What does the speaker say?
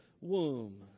womb